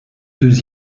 deux